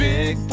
Big